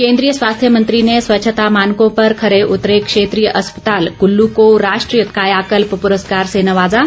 केंद्रीय स्वास्थ्य मंत्री ने स्वच्छता मानकों पर खरे उतरे क्षेत्रीय अस्पताल कुल्लू को राष्ट्रीय कायाकल्प पुरस्कार से नवाजा